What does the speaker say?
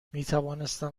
میتوانستم